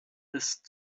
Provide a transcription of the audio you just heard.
ist